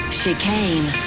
chicane